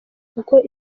kuko